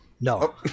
No